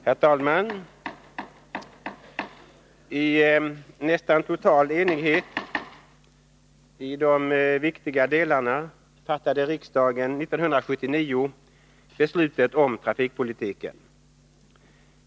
Herr talman! I nästan total enighet i de viktiga delarna fattade riksdagen 1979 beslutet om trafikpolitiken.